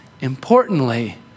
importantly